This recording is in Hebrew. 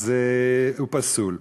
אז הוא פסול.